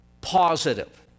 positive